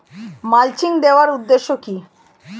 Mulching দেওয়ার উদ্দেশ্য কি?